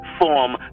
form